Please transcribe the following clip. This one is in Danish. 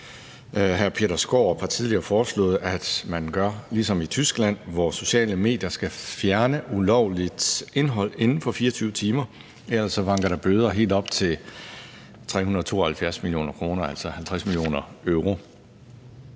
hr. Peter Skaarup har tidligere foreslået, at man gør ligesom i Tyskland, hvor sociale medier skal fjerne ulovligt indhold inden for 24 timer, og ellers vanker der bøder helt op til 372 mio. kr., altså 50 mio. euro.